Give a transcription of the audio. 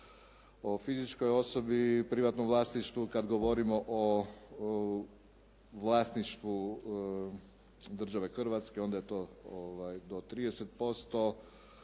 o fizičkoj osobi, privatnom vlasništvu, kad govorimo o vlasništvu države Hrvatske onda je to do 30%